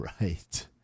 right